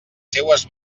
seues